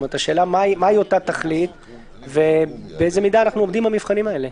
השאלה היא מה אותה תכלית ובאיזו מידה אנחנו עומדים במבחנים האלה.